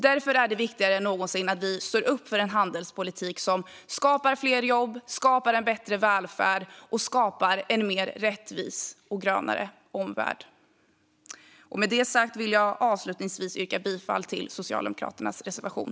Därför är det viktigare än någonsin att stå upp för en handelspolitik som skapar fler jobb, bättre välfärd och en mer rättvis och grönare omvärld. Avslutningsvis vill jag yrka bifall till Socialdemokraternas reservation.